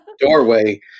doorway